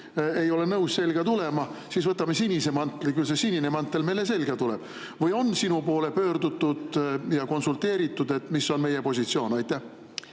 ei ole nõus selga tulema, siis võtame sinise mantli, küll see sinine mantel meile selga tuleb. Kas on sinu poole pöördutud ja sinuga konsulteeritud, mis on meie positsioon? Aitäh,